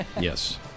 Yes